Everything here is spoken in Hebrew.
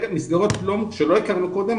מסגרות שלא הכרנו קודם,